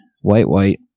white-white